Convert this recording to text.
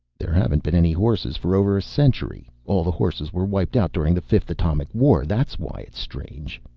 there haven't been any horses for over a century. all the horses were wiped out during the fifth atomic war. that's why it's strange.